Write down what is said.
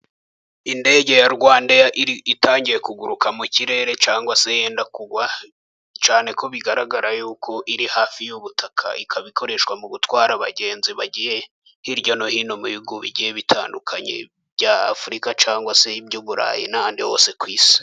Indege ya Rwanda eya itangiye kuguruka mu kirere cyangwa se yenda kugwa, cyane ko bigaragara yuko iri hafi y'ubutaka. Ikaba ikoreshwa mu gutwara abagenzi bagiye hirya no hino mu bihugu bigiye bitandukanye bya Afurika, cyangwa se iby'Uburayi n'ahandi hose ku isi.